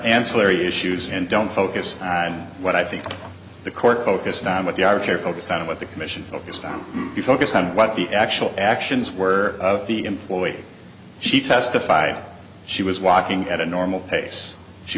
ancillary issues and don't focus on what i think the court focused on what the archer focused on what the commission focused on the focus on what the actual actions were of the employee she testified she was walking at a normal pace she